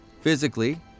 Physically